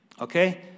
okay